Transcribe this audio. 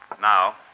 Now